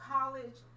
College